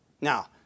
Now